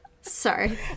sorry